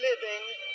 living